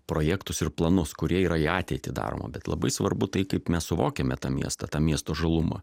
projektus ir planus kurie yra į ateitį daroma bet labai svarbu tai kaip mes suvokiame tą miestą tą miesto žalumą